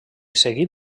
seguit